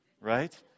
right